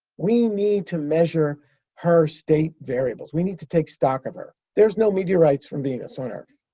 we need to measure her state variables. we need to take stock of her. there's no meteorites from venus on earth.